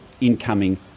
incoming